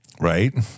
Right